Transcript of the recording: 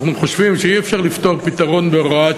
אנחנו חושבים שאי-אפשר להביא פתרון בהוראת